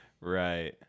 Right